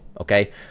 Okay